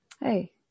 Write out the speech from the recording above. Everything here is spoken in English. Hey